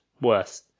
worse